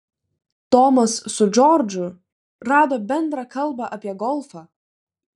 tomas su džordžu rado bendrą kalbą apie golfą